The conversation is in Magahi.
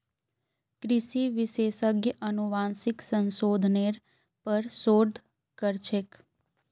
कृषि विशेषज्ञ अनुवांशिक संशोधनेर पर शोध कर छेक